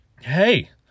hey